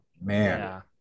man